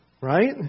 Right